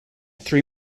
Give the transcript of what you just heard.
three